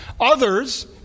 others